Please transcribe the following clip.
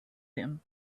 him